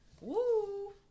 Woo